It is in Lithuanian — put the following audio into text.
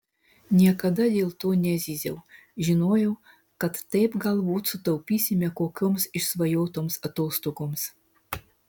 niekada dėl to nezyziau žinojau kad taip galbūt sutaupysime kokioms išsvajotoms atostogoms